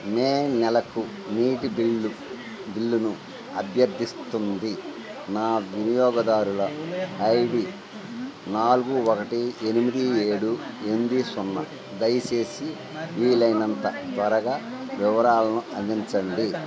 మే నెలకు నీటి బిల్లు బిల్లును అభ్యర్థిస్తుంది నా వినియోగదారుల ఐ డీ నాలుగు ఒకటి ఎనిమిది ఏడు ఎనిమిది సున్నా దయచేసి వీలైనంత త్వరగా వివరాలను అందించండి